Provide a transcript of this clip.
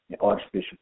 artificial